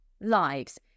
lives